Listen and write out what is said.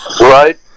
Right